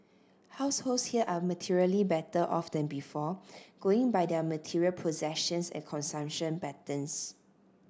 households here are materially better off than before going by their material possessions and consumption patterns